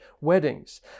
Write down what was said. weddings